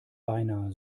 beinahe